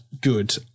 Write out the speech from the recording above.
good